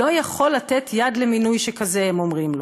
לא יכול לתת יד למינוי שכזה, הם אומרים לו.